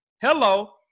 Hello